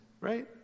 right